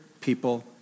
people